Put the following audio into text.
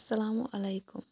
سلامُ علیکُم